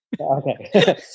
Okay